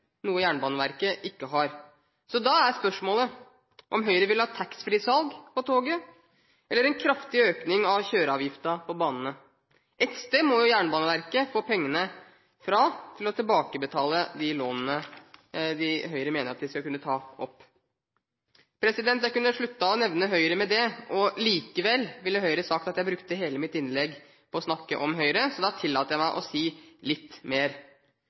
noe Jernbaneverket ikke har. Da er spørsmålet om Høyre vil ha taxfree-salg på toget eller en kraftig økning av kjøreavgiften på banene. Ett sted må jo Jernbaneverket få penger til å tilbakebetale de lånene som Høyre mener at de skal kunne ta opp. Jeg kunne sluttet å nevne Høyre med det, men likevel ville Høyre sagt at jeg hadde brukt hele mitt innlegg til å snakke om Høyre. Derfor tillater jeg meg å si litt mer.